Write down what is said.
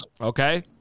Okay